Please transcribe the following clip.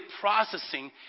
processing